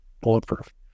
bulletproof